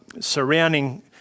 surrounding